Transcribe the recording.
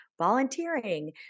volunteering